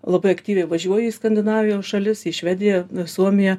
labai aktyviai važiuoju į skandinavijos šalis į švediją suomiją